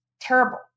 terrible